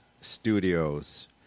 Studios